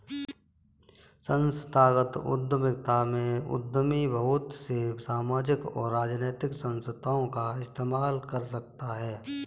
संस्थागत उद्यमिता में उद्यमी बहुत से सामाजिक और राजनैतिक संस्थाओं का इस्तेमाल कर सकता है